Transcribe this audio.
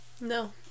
No